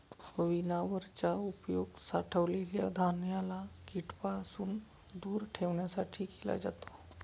winnower चा उपयोग साठवलेल्या धान्याला कीटकांपासून दूर ठेवण्यासाठी केला जातो